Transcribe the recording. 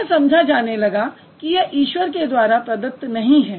यह समझा जाने लगा कि यह ईश्वर के द्वारा प्रदत्त नहीं है